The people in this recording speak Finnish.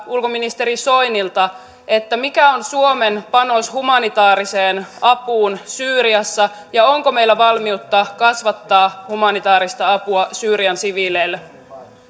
ulkoministeri soinilta mikä on suomen panos humanitaariseen apuun syyriassa ja onko meillä valmiutta kasvattaa humanitaarista apua syyrian siviileille